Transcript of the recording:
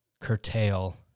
curtail